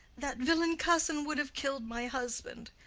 that villain cousin would have kill'd my husband.